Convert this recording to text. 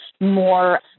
more